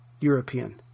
European